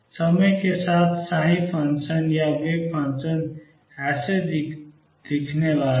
समय के साथ फंक्शन या वेव फंक्शन ऐसा दिखने वाला है